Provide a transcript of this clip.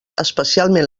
especialment